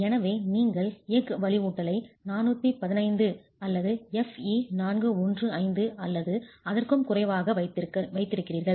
எனவே நீங்கள் எஃகு வலுவூட்டலை 415 அல்லது Fe 415 அல்லது அதற்கும் குறைவாக வைத்திருக்கிறீர்கள்